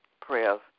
prayers